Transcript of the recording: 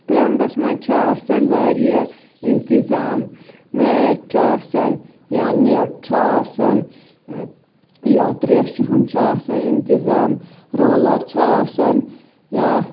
گراونڈَس مَنٛز چھُ آسان واریاہ انتطام میچ چھُ آسان یا نیٚٹ چھُ آسانیا تریشہ ہُنٛد چھُ آسان انتظام رولَر چھُ آسان یا